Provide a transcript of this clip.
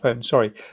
sorry